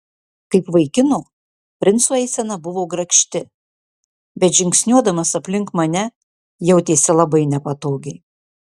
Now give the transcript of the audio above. kaip vaikino princo eisena buvo grakšti bet žingsniuodamas aplink mane jautėsi labai nepatogiai